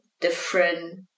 different